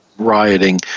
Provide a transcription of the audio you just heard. rioting